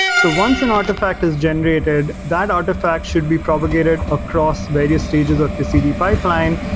so once an artifact is generated, that artifact should be propagated across various stages of your cd pipeline.